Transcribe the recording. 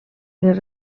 les